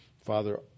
Father